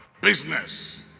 business